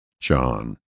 John